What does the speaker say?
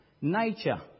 Nature